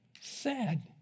sad